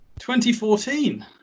2014